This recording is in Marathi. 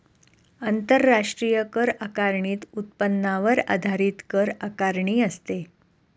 आंतरराष्ट्रीय कर आकारणीत उत्पन्नावर आधारित कर आकारणी असते